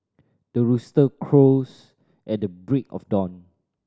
the rooster crows at the break of dawn